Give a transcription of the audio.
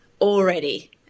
already